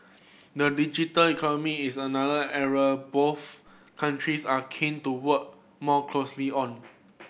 the digital economy is another area both countries are keen to work more closely on